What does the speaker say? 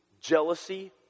jealousy